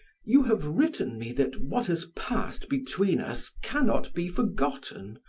you have written me that what has passed between us can not be forgotten,